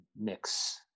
mix